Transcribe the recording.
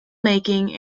making